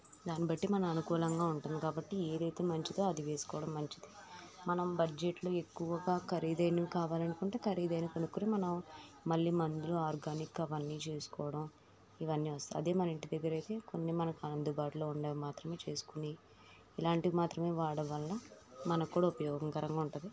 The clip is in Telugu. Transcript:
దాన్నిబట్టి మనం అనుకూలంగా ఉంటుంది కాబట్టి ఏదైతే మంచిదో అది వేసుకోవడం మంచిది మనం బడ్జెట్లో ఎక్కువుగా ఖరీదైనవి కావాలనుకుంటే ఖరీదైనవి కొనుక్కుని మనం మళ్ళి మందులు ఆర్గానిక్ అవన్నీ చేసుకోవడం ఇవన్నీ వస్తాయి అదే మన ఇంటి దగ్గర అయితే కన్ని మనకి అందుబాటులో ఉండేవి మాత్రమే చేసుకుని ఇలాంటివి మాత్రమే వాడడం వల్ల మనక్కూడా ఉపయోగకరంగా ఉంటుంది